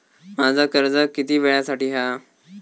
माझा कर्ज किती वेळासाठी हा?